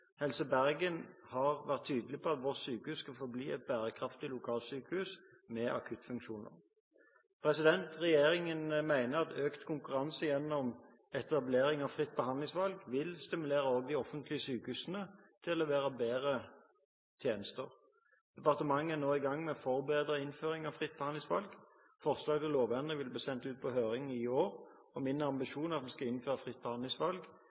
Helse Bergen har vært tydelig på at Voss sjukehus skal forbli et bærekraftig lokalsykehus med akuttfunksjoner. Regjeringen mener at økt konkurranse gjennom etablering av fritt behandlingsvalg vil stimulere de offentlige sykehusene til å levere bedre tjenester. Departementet er nå i gang med å forberede innføring av fritt behandlingsvalg. Forslag til lovendringer vil bli sendt ut på høring i år, og min ambisjon er at vi skal innføre fritt behandlingsvalg